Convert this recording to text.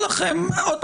סנגוריה ציבורית, עמדתכם.